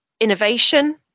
innovation